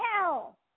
hell